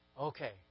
Okay